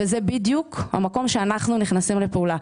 זה בדיוק המקום שאנחנו נכנסים לפעולה.